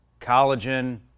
Collagen